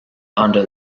under